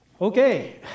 Okay